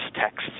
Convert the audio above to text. texts